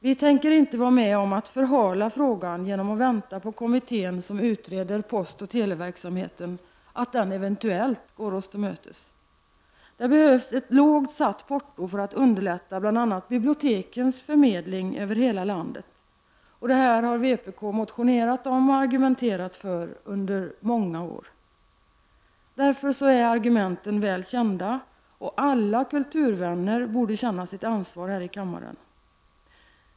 Vi tänker inte vara med om att förhala frågan genom att vänta på att kommittén som utreder postoch televerksamheten eventuellt går oss till mötes. Det behövs ett lågt satt porto för att underlätta bl.a. bibliotekens förmedling över hela landet. Det här har vpk motionerat om och argumenterat för under många år. Därför är argumenten väl kända, och alla kulturvänner här i kammaren borde känna sitt ansvar.